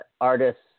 artists